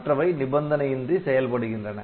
மற்றவை நிபந்தனையின்றி செயல்படுகின்றன